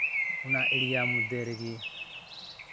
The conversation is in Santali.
ᱚᱱᱟ ᱮᱨᱤᱭᱟ ᱢᱚᱫᱽᱫᱷᱮ ᱨᱮᱜᱮ